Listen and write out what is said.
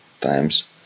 times